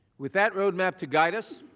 with that roadmap to guide us.